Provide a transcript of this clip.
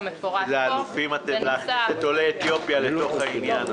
איזה אלופים אתם שהכנסתם את עולי אתיופיה לתוך העניין הזה.